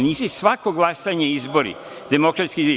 Nisu svako glasanje izbori, demokratski izbori.